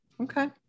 Okay